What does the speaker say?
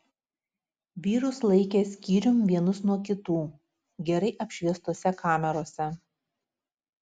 vyrus laikė skyrium vienus nuo kitų gerai apšviestose kamerose